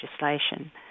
legislation